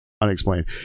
unexplained